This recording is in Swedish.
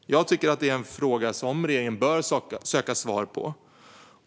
Jag tycker att det är en fråga som regeringen bör söka svar på.